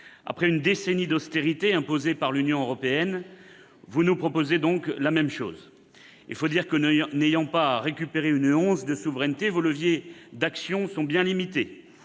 Après une décennie d'austérité imposée par l'Union européenne, vous nous proposez la même chose ! Il faut dire que, n'ayant pas récupéré une once de souveraineté, vos leviers d'action sont bien limités.